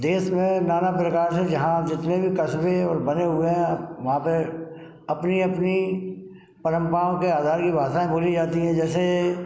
देश में नाना प्रकार से जहाँ जितने भी कस्बे बने हुए हैं वहाँ पे अपनी अपनी परंपराओं के आधार की भाषाएं बोली जाती है जैसे